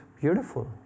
beautiful